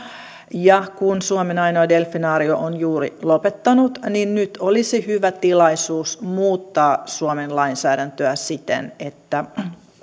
ja kun suomen ainoa delfinaario on juuri lopettanut niin nyt olisi hyvä tilaisuus muuttaa suomen lainsäädäntöä siten että